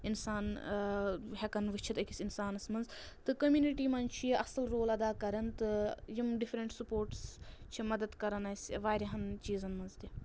اِنسان ہؠکان وٕچھِتھ أکِس اِنسانَس منٛز تہٕ کٔمنِٹی منٛز چھِ یہِ اَصٕل رول اَدا کَران تہٕ یِم ڈِفرَنٛٹ سُپوٹٕس چھِ مَدد کران اَسہِ واریاہَن چیٖزَن منٛز تہِ